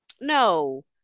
no